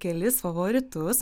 kelis favoritus